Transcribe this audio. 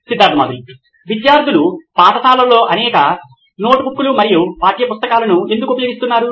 Siddharth Maturi CEO నోయిన్ electronics విద్యార్థులు పాఠశాలలో అనేక నోట్బుక్లు మరియు పాఠ్యపుస్తకాలను ఎందుకు ఉపయోగిస్తున్నారు